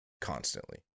constantly